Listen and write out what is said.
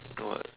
no what